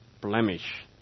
blemish